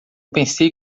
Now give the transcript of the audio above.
pensei